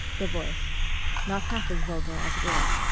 the voice not half as vulgar as it is.